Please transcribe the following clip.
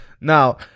Now